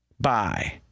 bye